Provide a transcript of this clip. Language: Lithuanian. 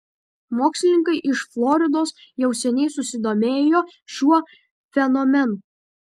mokslininkai iš floridos jau seniai susidomėjo šiuo fenomenu